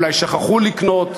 אולי שכחו לקנות?